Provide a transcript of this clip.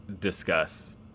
discuss